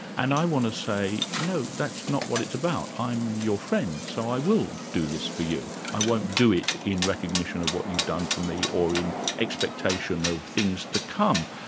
and i want to say, no, that's not what it's about. i'm your friend, so i will do this for you, i won't do it in recognition of what you've done for me or in expectation of things to come',